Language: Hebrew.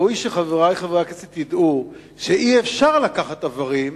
ראוי שחברי חברי הכנסת ידעו שאי-אפשר לקחת איברים